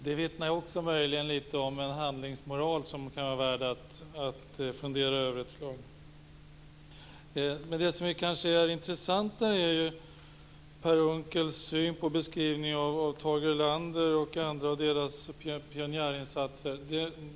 Det vittnar också möjligen om en handlingsmoral som kan vara värd att fundera över ett slag. Intressantare är kanske Per Unckels syn på och beskrivning av Tage Erlanders och andras pionjärinsatser.